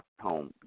home